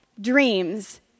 dreams